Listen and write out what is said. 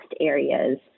areas